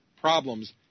problems